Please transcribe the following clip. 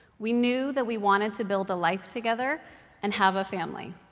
we knew that we wanted to build a life together and have a family.